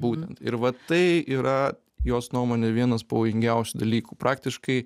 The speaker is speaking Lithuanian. būtent ir vat tai yra jos nuomone vienas pavojingiausių dalykų praktiškai